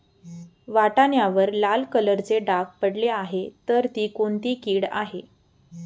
वाटाण्यावर लाल कलरचे डाग पडले आहे तर ती कोणती कीड आहे?